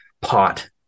pot